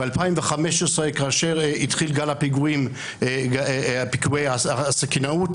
ב-2015 כאשר התחיל גל פיגועי הסכינאות,